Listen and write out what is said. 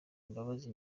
imbabazi